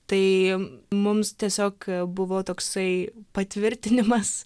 tai mums tiesiog buvo toksai patvirtinimas